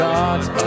God's